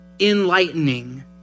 enlightening